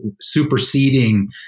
superseding